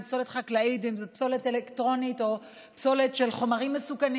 אם זו פסולת חקלאית ואם זו פסולת אלקטרונית או פסולת של חומרים מסוכנים,